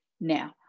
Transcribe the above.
Now